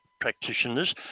practitioners